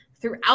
throughout